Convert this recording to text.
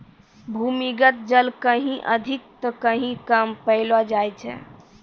भूमीगत जल कहीं अधिक त कहीं कम पैलो जाय छै